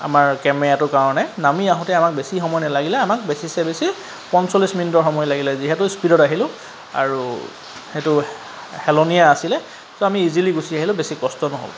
আমাৰ কেমেৰাটোৰ কাৰণে নামি আহোঁতে আমাক বেছি সময় নালাগিলে আমাক বেছিচে বেছি পঞ্চল্লিছ মিনিটৰ সময় লাগিলে যিহেতু স্পিডত আহিলোঁ আৰু সেইটো হেলনীয়া আছিলে তো আমি ইজিলী গুচি আহিলোঁ বেছি কষ্ট নহ'ল